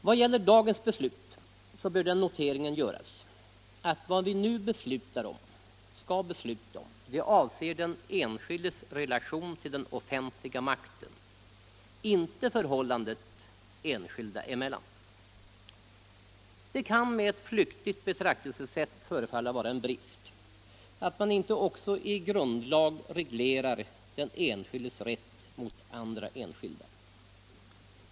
Vad gäller dagens beslut bör den noteringen göras, att vad vi nu skall besluta om avser den enskildes relation till den offentliga makten, inte förhållandet enskilda emellan. Det kan med ett flyktigt betraktelsesätt förefalla vara en brist att man inte också i grundlag reglerar den enskildes rätt mot andra enskilda.